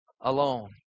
alone